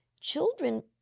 children